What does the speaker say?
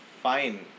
fine